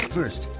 First